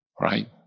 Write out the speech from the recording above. right